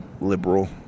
liberal